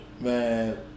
Man